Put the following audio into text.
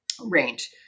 range